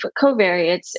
covariates